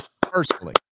Personally